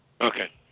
Okay